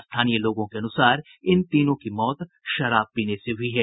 स्थानीय लोगों के अनुसार इन तीनों की मौत शराब पीने से हुई है